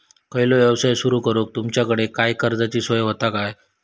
खयचो यवसाय सुरू करूक तुमच्याकडे काय कर्जाची सोय होता काय?